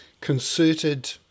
concerted